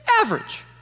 average